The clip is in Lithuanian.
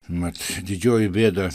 mat didžioji bėda